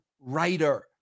writer